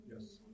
Yes